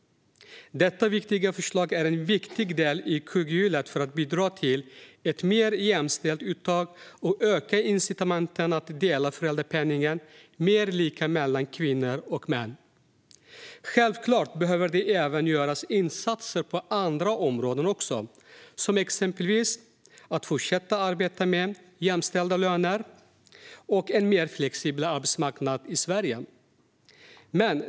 Detta förslag är en viktig del i kugghjulet för att bidra till ett mer jämställt uttag och öka incitamenten att dela föräldrapenningen mer lika mellan kvinnor och män. Självklart behöver det göras insatser på andra områden också, exempelvis att fortsätta arbetet med jämställda löner och en mer flexibel arbetsmarknad i Sverige.